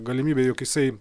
galimybė jog jisai